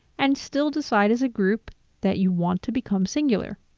and still decide as a group that you want to become singular.